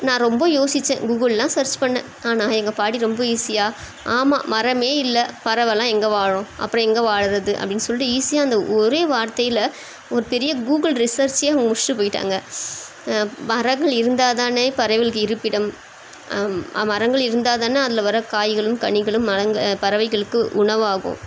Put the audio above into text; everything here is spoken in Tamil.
நான் ரொம்ப யோசித்தேன் கூகுளெல்லாம் சர்ச் பண்ணிணேன் ஆனால் எங்கள் பாட்டி ரொம்ப ஈஸியாக ஆமாம் மரமே இல்லை பறவைலாம் எங்கே வாழும் அப்புறம் எங்கே வாழுகிறது அப்படின்னு சொல்லிட்டு ஈஸியாக அந்த ஒரே வார்த்தையில் ஒரு பெரிய கூகுள் ரிசர்ச்ஸே முடிச்சுட்டு போய்விட்டாங்க மரங்கள் இருந்தால்தானே பறவைகளுக்கு இருப்பிடம் மரங்கள் இருந்தால் தானே அதில் வர்ற காய்களும் கனிகளும் மரங்கள் பறவைகளுக்கு உணவாகும்